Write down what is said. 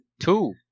Two